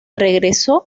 regresó